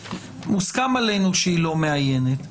מוסכם עלינו שהיא לא מאיינת.